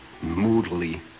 moodily